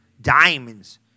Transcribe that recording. diamonds